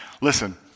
Listen